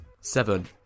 Seven